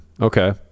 Okay